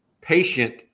patient